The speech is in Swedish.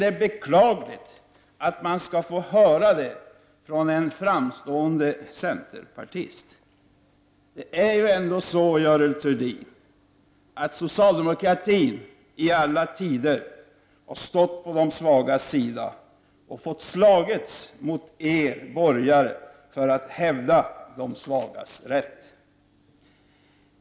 Det är beklagligt att få höra detta från en framstående centerpartist. Det är ju ändå så, Görel Thurdin, att socialdemokratin i alla tider har stått på de svagas sida och fått slåss mot er borgare för att hävda de svagas rätt.